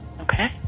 Okay